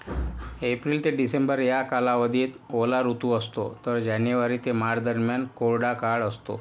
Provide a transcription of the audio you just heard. April ते December या कालावधीत ओला ऋतू असतो तर जानेवारी ते मार्चदरम्यान कोरडा काळ असतो